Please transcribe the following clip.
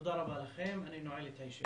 תודה רבה לכם, אני נועל את הישיבה.